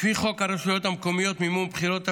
לפי חוק הרשויות המקומיות (מימון בחירות),